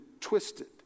twisted